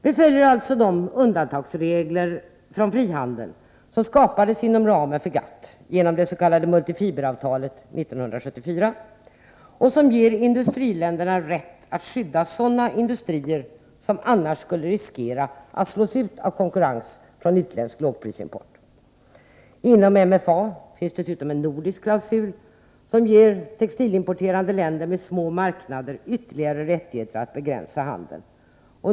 Vi följer alltså de undantagsregler från frihandeln som skapades inom ramen för GATT genom det s.k. multifiberavtalet år 1974, som ger industriländerna rätt att skydda sådana industrier som annars skulle riskera att slås ut genom konkurrens från utländsk lågprisimport. Inom MFA finns dessutom en nordisk klausul som ger textilimporterande länder med små marknader ytterligare rättigheter att begränsa handeln.